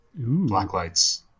Blacklights